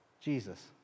Jesus